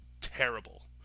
Terrible